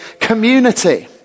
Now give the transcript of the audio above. community